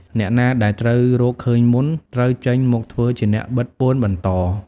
អ្នកណាដែលត្រូវរកឃើញមុន ត្រូវចេញមកធ្វើជាអ្នកបិទពួនបន្ត ។